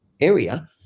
area